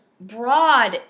broad